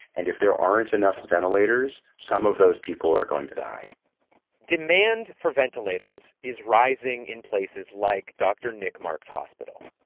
and if there aren't enough ventilators, some of those people are going to die demand for ventilators is rising in places like dr. nick mark's hospital.